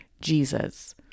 Jesus